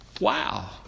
Wow